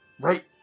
Right